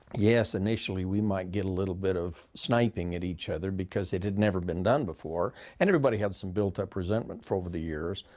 yes, initially, we might get a little bit of sniping at each other because it had never been done before and everybody had some built up resentment for over the years.